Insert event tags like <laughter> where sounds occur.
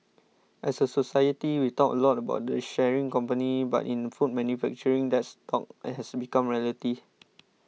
as a society we talk a lot about the sharing company but in food manufacturing that's talk <hesitation> has become reality